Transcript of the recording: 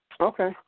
Okay